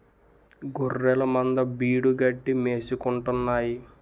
గొఱ్ఱెలమంద బీడుగడ్డి మేసుకుంటాన్నాయి